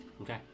Okay